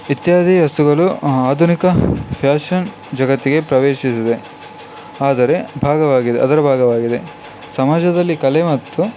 ಇತ್ಯಾದಿ ವಸ್ತುಗಳು ಆಧುನಿಕ ಫ್ಯಾಷನ್ ಜಗತ್ತಿಗೆ ಪ್ರವೇಶಿಸಿದೆ ಅದರ ಭಾಗವಾಗಿದೆ ಅದರ ಭಾಗವಾಗಿದೆ ಸಮಾಜದಲ್ಲಿ ಕಲೆ ಮತ್ತು